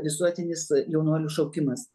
visuotinis jaunuolių šaukimas